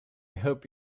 hope